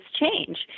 change